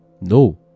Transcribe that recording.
no